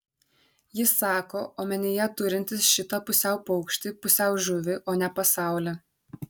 jis sako omenyje turintis šitą pusiau paukštį pusiau žuvį o ne pasaulį